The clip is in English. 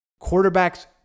Quarterbacks